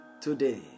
today